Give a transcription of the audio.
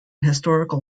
historical